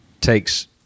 takes